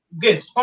good